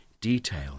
detail